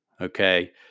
Okay